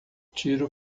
tiro